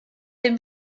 des